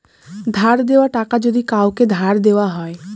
ধার দেওয়া টাকা যদি কাওকে ধার দেওয়া হয়